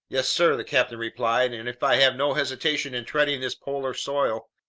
yes, sir, the captain replied, and if i have no hesitation in treading this polar soil,